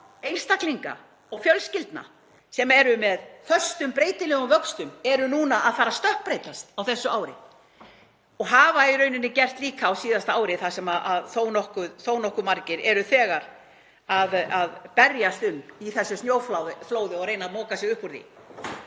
einstaklinga og fjölskyldna sem eru með föstum breytilegum vöxtum eru núna að fara að stökkbreytast á þessu ári og hafa í rauninni gert líka á síðasta ári þar sem þó nokkuð margir eru þegar að berjast um í þessu snjóflóði og reyna að moka sig upp úr því